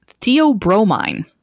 theobromine